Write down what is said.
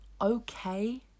okay